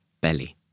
belly